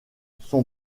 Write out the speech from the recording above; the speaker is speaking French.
son